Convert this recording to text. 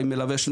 יש לי 20 שנה,